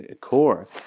core